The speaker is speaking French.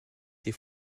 des